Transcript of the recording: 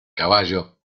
caballo